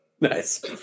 nice